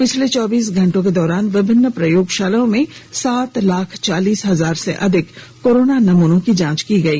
पिछले चौबीस घंटों के दौरान विभिन्न प्रयोगशालाओं में सात लाख चालीस हजार से अधिक कोरोना नमूनों की जांच की गई